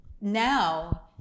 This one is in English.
now